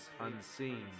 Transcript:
unseen